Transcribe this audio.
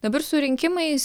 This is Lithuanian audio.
dabar su rinkimais